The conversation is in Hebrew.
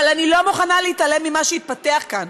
אבל אני לא מוכנה להתעלם ממה שהתפתח כאן,